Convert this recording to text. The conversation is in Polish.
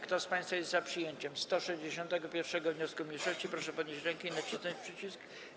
Kto z państwa jest za przyjęciem 165. wniosku mniejszości, proszę podnieść rękę i nacisnąć przycisk.